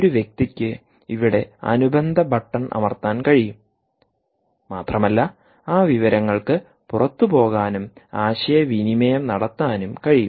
ഒരു വ്യക്തിക്ക് ഇവിടെ അനുബന്ധ ബട്ടൺ അമർത്താൻ കഴിയും മാത്രമല്ല ആ വിവരങ്ങൾക്ക് പുറത്തുപോകാനും ആശയവിനിമയം നടത്താനും കഴിയും